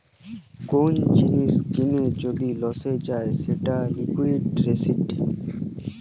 কোন জিনিস কিনে যদি লসে যায় সেটা লিকুইডিটি রিস্ক